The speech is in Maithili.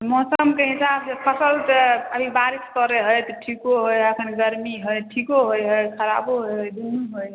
मौसमके हिसाबसँ फसिल तऽ अभी बारिश पड़ै हइ तऽ ठिको होइ हइ एखन गरमी हइ ठिको होइ हइ खराबो होइ हइ दुनू होइ हइ